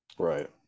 right